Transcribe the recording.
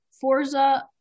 Forza